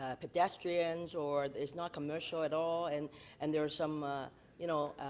pedestrians or there's not commercial at all. and and there's some you know,